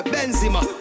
Benzema